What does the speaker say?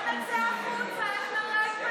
שרן תעשה לנו שיימינג.